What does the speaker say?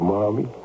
Mommy